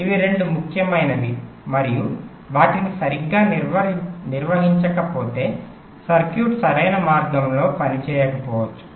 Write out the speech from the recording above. ఇవి రెండు ముఖ్యమైనవి మరియు వాటిని సరిగ్గా నిర్వహించకపోతే సర్క్యూట్ సరైన మార్గంలో పనిచేయకపోవచ్చు